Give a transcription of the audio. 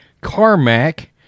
Carmack